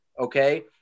Okay